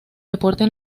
deporte